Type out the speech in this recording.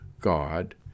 God